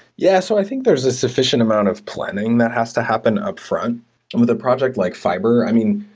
yes. so, i think there's a sufficient amount of planning that has to happen upfront with a project like fiber. i mean,